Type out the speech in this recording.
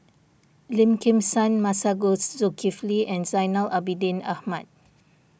Lim Kim San Masagos Zulkifli and Zainal Abidin Ahmad